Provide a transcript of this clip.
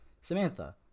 samantha